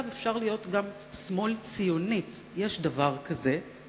אני רוצה לגלות לכם: יש דבר כזה שמאל ציוני,